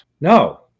No